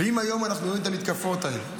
ואם היום אנחנו רואים את המתקפות האלה,